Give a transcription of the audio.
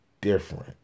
different